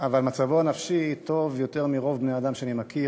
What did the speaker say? אבל מצבו הנפשי טוב משל רוב בני-האדם שאני מכיר.